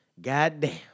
goddamn